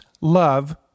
love